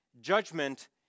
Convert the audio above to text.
judgment